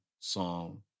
Song